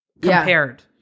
compared